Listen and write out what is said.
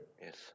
Yes